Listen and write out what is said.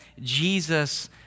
Jesus